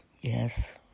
Yes